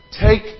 Take